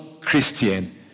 Christian